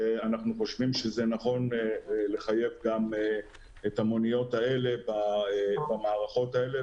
ואנחנו חושבים שזה נכון לחייב גם את המוניות האלה במערכות האלה,